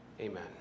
Amen